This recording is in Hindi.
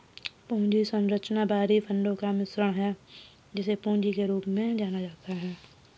पूंजी संरचना बाहरी फंडों का मिश्रण है, जिसे पूंजी के रूप में जाना जाता है